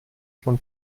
von